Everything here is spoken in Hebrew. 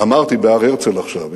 אמרתי בהר-הרצל עכשיו,